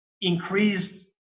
increased